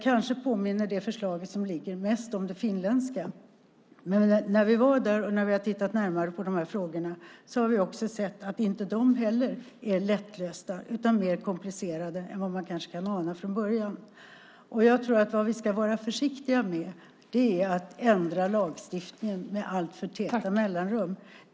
Kanske påminner det förslag som föreligger mest om det finländska, men efter att ha varit där och tittat närmare på detta har vi sett att inte heller dessa frågor är lättlösta utan mer komplicerade än man kanske kan ana från början. Jag tror att vi ska vara försiktiga med att ändra lagstiftning med alltför täta mellanrum.